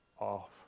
off